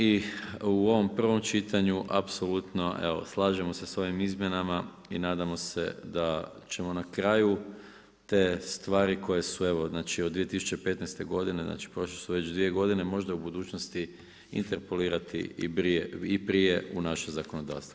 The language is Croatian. I u ovom prvom čitanju apsolutno evo slažemo se sa ovim izmjenama i nadamo se da ćemo na kraju te stvari koje su evo znači od 2015. godine, znači prošle su već dvije godine možda u budućnosti interpelirati i prije u naše zakonodavstvo.